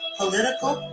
political